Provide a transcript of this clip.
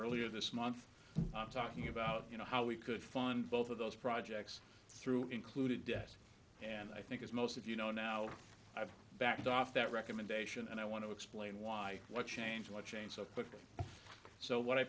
earlier this month talking about you know how we could fund both of those projects through including desks and i think as most of you know now i've backed off that recommendation and i want to explain why what changed my change so quickly so what i